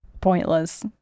pointless